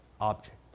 object